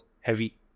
heavy